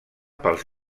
pels